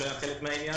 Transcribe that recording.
שהיה חלק מהעניין,